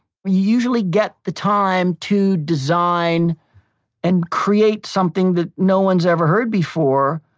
you usually get the time to design and create something that no one's ever heard before.